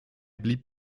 blieb